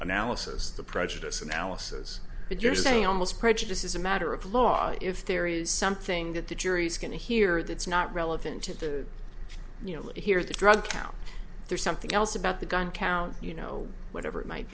analysis the prejudice analysis but you're saying almost prejudice is a matter of law if there is something that the jury's going to hear that's not relevant to the you know here's the drug count there's something else about the gun count you know whatever it might